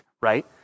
right